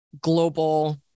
global